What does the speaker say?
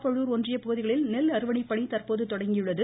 பழுர் ஒன்றிய பகுதிகளில் நெல் அறுவடைப்பணி தற்போது தொடங்கியுள்ளது